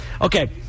Okay